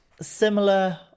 similar